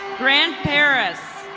grant paris.